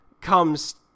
comes